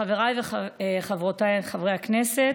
חבריי וחברותיי חברי הכנסת,